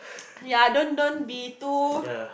ya don't don't be too